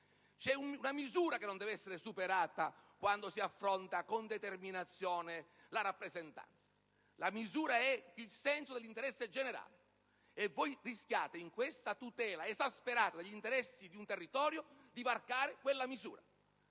C'è una misura che non deve essere superata quando si affronta con determinazione la rappresentanza, e la misura è il senso dell'interesse generale. Voi, con questa tutela esasperata degli interessi di un territorio, rischiate di varcare quella misura.